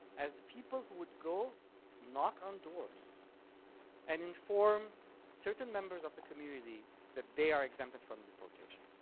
as the people who would go knock on doors and inform certain members of the community that they are exempted from deportation.